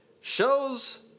Shows